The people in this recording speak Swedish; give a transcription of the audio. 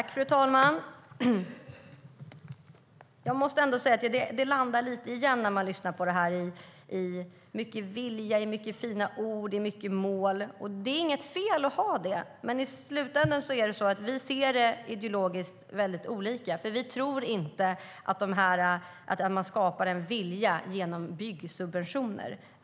Fru talman! När man lyssnar på detta landar det igen mycket i vilja, fina ord och mäl. Det är inte fel att ha det. Men i slutänden ser vi det ideologiskt väldigt olika. Vi tror inte att man skapar en vilja genom byggsubventioner.